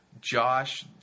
Josh